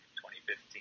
2015